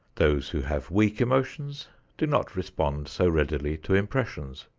those who have weak emotions do not respond so readily to impressions.